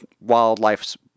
wildlife's